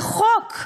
על חוק,